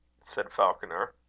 said falconer.